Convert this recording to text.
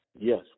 Yes